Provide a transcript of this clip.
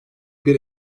bir